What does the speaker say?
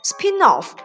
Spin-off